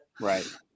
right